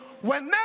Whenever